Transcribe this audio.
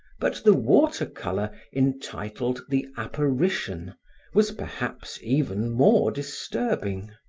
but the water-color entitled the apparition was perhaps even more disturbing.